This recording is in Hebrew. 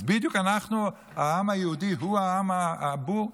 אז בדיוק אנחנו, העם היהודי, הוא העם הבור?